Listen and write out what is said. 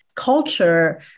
culture